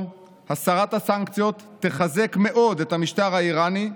הסרת הסנקציות תחזק מאוד את המשטר האיראני,